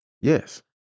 Yes